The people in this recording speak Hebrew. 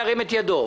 ירים את ידו.